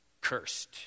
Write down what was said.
cursed